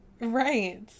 right